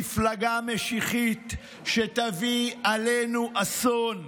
מפלגה משיחית שתביא עלינו אסון.